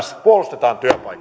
puolustetaan